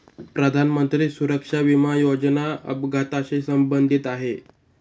प्रधानमंत्री सुरक्षा विमा योजना अपघाताशी संबंधित आहे